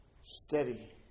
Steady